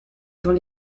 dans